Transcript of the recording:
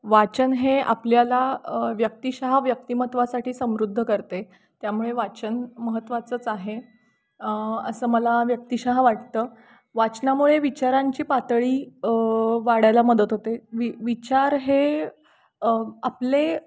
वाचन हे आपल्याला व्यक्तिशः व्यक्तिमत्त्वासाठी समृद्ध करते त्यामुळे वाचन महत्त्वाचंच आहे असं मला व्यक्तिशः वाटतं वाचनामुळे विचारांची पातळी वाढायला मदत होते वि विचार हे आपले